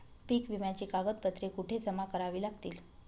पीक विम्याची कागदपत्रे कुठे जमा करावी लागतील?